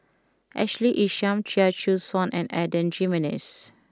Ashley Isham Chia Choo Suan and Adan Jimenez